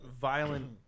violent